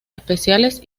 especiales